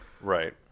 Right